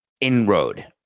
inroad